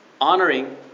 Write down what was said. honoring